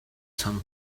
some